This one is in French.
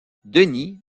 denis